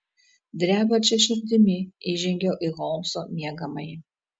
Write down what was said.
drebančia širdimi įžengiau į holmso miegamąjį